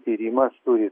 tyrimas turi